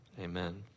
amen